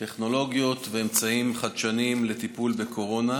טכנולוגיות ואמצעים חדשניים לטיפול בקורונה,